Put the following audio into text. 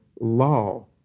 law